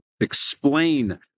explain